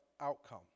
outcome